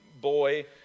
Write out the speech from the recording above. boy